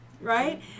right